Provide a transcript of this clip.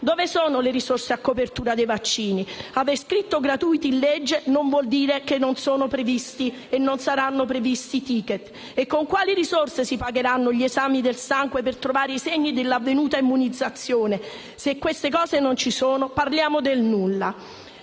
Dove sono le risorse a copertura dei vaccini? Aver scritto gratuiti nel testo di legge non vuol dire che non sono e non saranno previsti *ticket*. E con quali risorse si pagheranno gli esami del sangue per trovare i segni dell'avvenuta immunizzazione? Se queste cose non ci sono, parliamo del nulla.